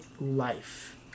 life